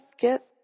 get